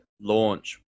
launch